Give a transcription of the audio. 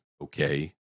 okay